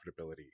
profitability